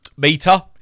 Meter